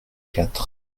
quatre